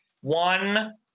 one